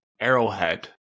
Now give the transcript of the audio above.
Arrowhead